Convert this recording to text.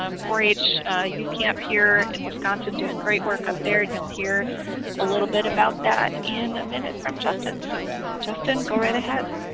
four h youth camp here in wisconsin doing great work up there and you'll hear a little bit about that in a minute from justin, so justin go right ahead.